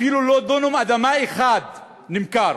אפילו לא דונם אדמה אחד נמכר.